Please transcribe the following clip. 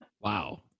Wow